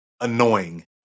annoying